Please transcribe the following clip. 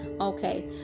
Okay